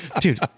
dude